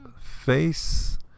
face